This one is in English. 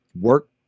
work